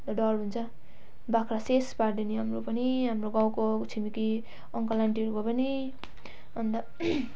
अन्त डर हुन्छ बाख्रा शेष पारिदियो नि हाम्रो पनि हाम्रो गाउँको छिमेकी अङ्कल आन्टिहरूको पनि अन्त